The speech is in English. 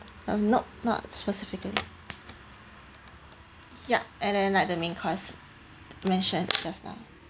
uh nope not specifically yup and then like the main course mentioned just now